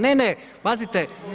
Ne, ne, pazite.